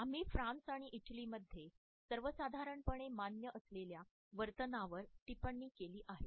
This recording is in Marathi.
आम्ही फ्रान्स आणि इटलीमध्ये सर्वसाधारणपणे मान्य असलेल्या वर्तनवर टिप्पणी केली आहे